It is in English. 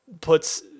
puts